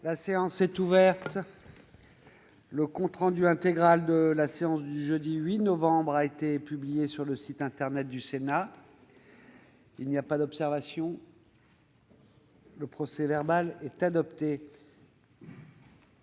La séance est ouverte. Le compte rendu intégral de la séance du jeudi 8 novembre 2018 a été publié sur le site internet du Sénat. Il n'y a pas d'observation ?... Le procès-verbal est adopté.